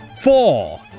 four